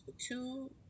two